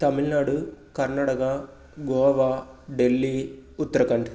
Tamil Nadu Karnataka Goa Delhi Uttarakhand